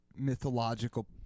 Mythological